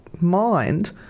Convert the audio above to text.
mind